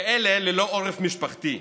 ואלה ללא עורף משפחתי,